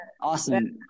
Awesome